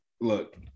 Look